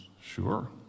sure